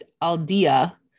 Aldea